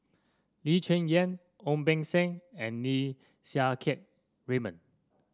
Lee Cheng Yan Ong Beng Seng and Lim Siang Keat Raymond